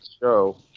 show